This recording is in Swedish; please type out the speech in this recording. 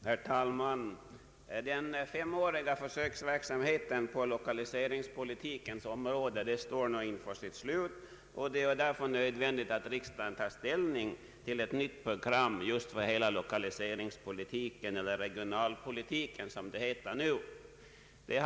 Herr talman! Den femåriga försöksverksamheten på lokaliseringspolitikens område står nu inför sitt slut, och det är därför nödvändigt att riksdagen tar ställning till ett nytt program för hela lokaliseringspolitiken — eller regionalpolitiken, som det nu heter.